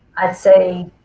i'd say